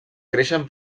creixen